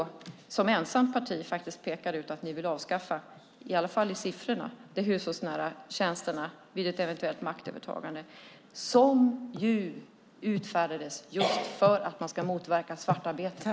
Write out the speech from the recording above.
Som ensamt parti pekar ni ut att ni vill avskaffa, i alla fall i siffror, de hushållsnära tjänsterna vid ett eventuellt maktövertagande. De inrättades ju just för att motverka svartarbete.